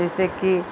जैसेकि